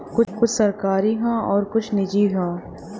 कुछ सरकारी हौ आउर कुछ निजी हौ